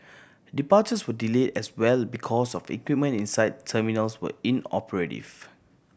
departures were delay as well because of equipment inside terminals were inoperative